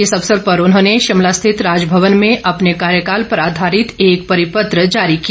इस अवसर पर उन्होंने शिमला स्थित राजभवन में अपने कार्यकाल पर आधारित एक परिपत्र जारी किया